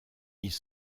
ils